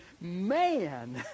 Man